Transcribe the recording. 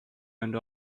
and